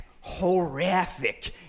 horrific